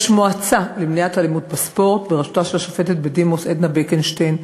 יש מועצה למניעת אלימות בספורט בראשותה של השופטת בדימוס עדנה בקנשטיין,